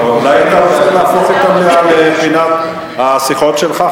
אולי אתה רוצה להפוך את המליאה לפינת השיחות שלך,